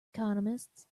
economists